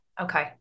Okay